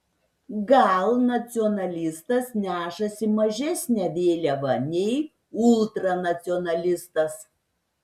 gal nacionalistas nešasi mažesnę vėliavą nei ultranacionalistas